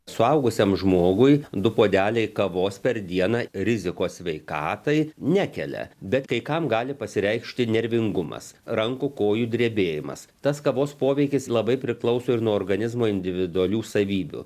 suaugusiam žmogui du puodeliai kavos per dieną rizikos sveikatai nekelia bet kai kam gali pasireikšti nervingumas rankų kojų drebėjimas tas kavos poveikis labai priklauso ir nuo organizmo individualių savybių